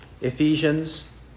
Ephesians